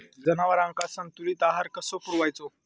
जनावरांका संतुलित आहार कसो पुरवायचो?